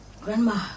grandma